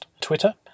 Twitter